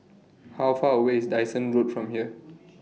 How Far away IS Dyson Road from here